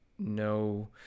No